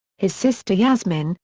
his sister yasmine,